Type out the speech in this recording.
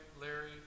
Larry